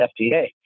FDA